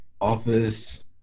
office